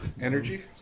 Energy